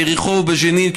ביריחו ובג'נין,